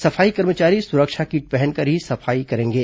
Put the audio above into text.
सफाई कर्मचारी सुरक्षा किट पहनकर ही साफ सफाई करेंगे